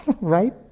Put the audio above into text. Right